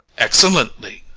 excellently.